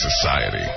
society